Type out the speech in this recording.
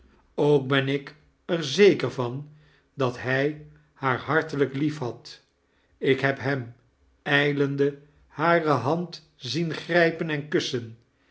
ook ben ik er zeker van dat hij haar hartelijk liefhad ik heb hem ijlende hare hand zien grijpen en kussen